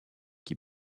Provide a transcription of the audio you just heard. qui